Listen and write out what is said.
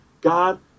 God